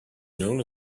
known